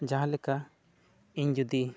ᱡᱟᱦᱟᱸ ᱞᱮᱠᱟ ᱤᱧ ᱡᱩᱫᱤ